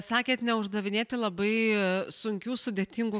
sakėt neuždavinėti labai sunkių sudėtingų